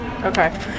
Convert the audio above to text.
Okay